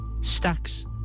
Stacks